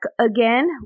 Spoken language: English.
again